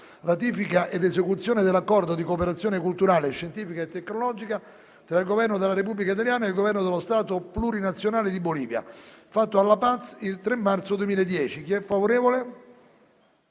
***Ratifica ed esecuzione dell'Accordo di cooperazione culturale, scientifica e tecnologica tra il Governo della Repubblica italiana e il Governo dello Stato plurinazionale di Bolivia, fatto a La Paz il 3 marzo 2010***